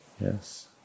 yes